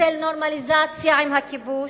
של נורמליזציה עם הכיבוש?